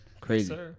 Crazy